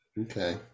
Okay